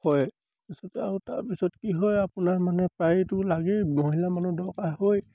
হয় তাৰপিছতে আৰু তাৰপিছত কি হয় আপোনাৰ মানে প্ৰায়টো লাগেই মহিলা মানুহ দৰকাৰ হয়